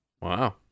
Wow